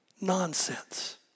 nonsense